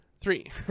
three